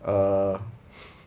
err